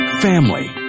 family